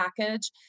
package